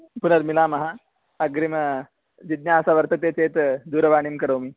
पुनर्मिलामः अग्रिमजिज्ञासा वर्तेते चेत् दूरवाणीं करोमि